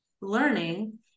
learning